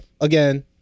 again